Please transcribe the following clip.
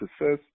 success